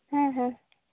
ᱦᱮᱸ ᱦᱮᱸ